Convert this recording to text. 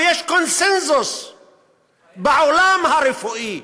ויש קונסנזוס בעולם הרפואי,